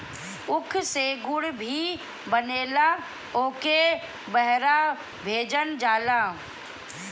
ऊख से गुड़ भी बनेला ओहुके बहरा भेजल जाला